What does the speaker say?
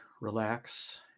relax